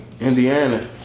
Indiana